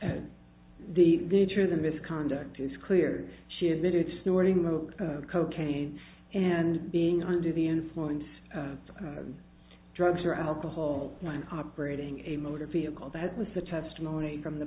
village or the misconduct it's clear she admitted snorting with cocaine and being under the influence of drugs or alcohol when operating a motor vehicle that was the testimony from the